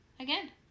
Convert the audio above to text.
again